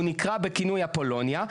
הוא נקראה בכינוי אפולוניה.